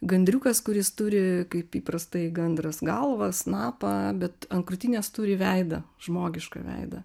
gandriukas kuris turi kaip įprastai gandras galvą snapą bet ant krūtinės turi veidą žmogišką veidą